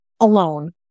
alone